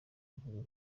avuga